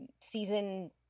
season